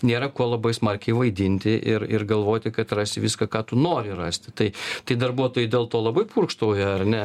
nėra ko labai smarkiai vaidinti ir ir galvoti kad rasi viską ką tu nori rasti tai tai darbuotojai dėl to labai purkštauja ar ne